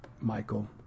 Michael